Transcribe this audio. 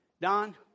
Don